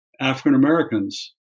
African-Americans